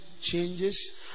changes